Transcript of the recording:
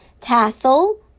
tassel